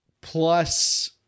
Plus